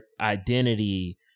identity